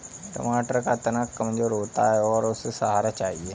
टमाटर का तना कमजोर होता है और उसे सहारा चाहिए